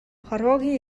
хорвоогийн